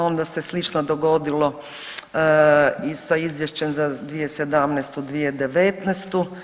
Onda se slično dogodilo i sa izvješćem za 2017., 2019.